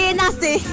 nasty